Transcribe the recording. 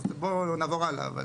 בוא נעבור הלאה.